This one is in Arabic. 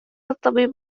الطبيب